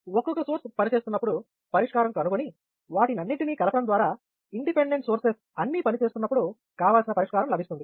ఒక్కొక్క సోర్స్ పనిచేస్తున్నప్పుడు పరిష్కారం కనుగొని వాటినన్నిటినీ కలపడం ద్వారా ఇండిపెండెంట్ సోర్సెస్ అన్ని పని చేస్తున్నప్పుడు కావలసిన పరిష్కారం లభిస్తుంది